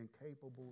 incapable